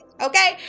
okay